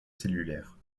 cellulaire